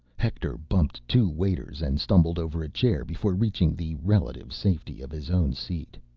hector bumped two waiters and stumbled over a chair before reaching the relative safety of his own seat.